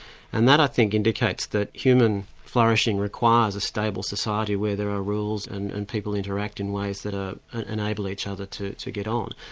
and that i think indicates that human flourishing requires a stable society where there are rules and and people interact in ways that ah enable each other to to get on.